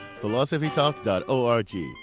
philosophytalk.org